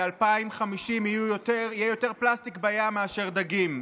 ב-2050 יהיה יותר פלסטיק בים מאשר דגים.